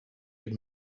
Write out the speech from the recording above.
had